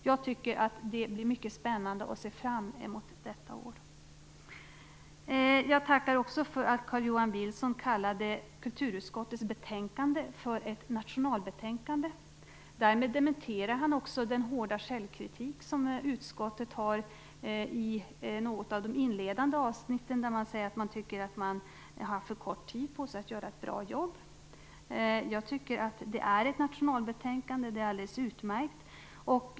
Jag tycker att det kommer att bli mycket spännande, och jag ser fram emot detta år. Jag tackar också Carl-Johan Wilson för att han kallade kulturutskottets betänkande för ett nationalbetänkande. Därmed dementerade han den hårda självkritik som utskottet ger i något av de inledande avsnitten. Man säger där att man tycker att man har haft för kort tid på sig för att göra ett bra jobb. Jag tycker att betänkandet är ett nationalbetänkande och att det är alldeles utmärkt.